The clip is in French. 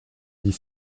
dix